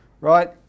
right